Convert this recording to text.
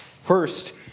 First